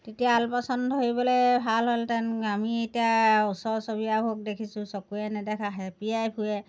তেতিয়া আলপৈচান ধৰিবলৈ ভাল হ'লহেঁতেন আমি এতিয়া ওচৰ চুবুৰীয়াবোৰক দেখিছোঁ চকুৰে নেদেখা হেপিয়াই ফুঁৰে